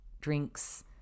drinks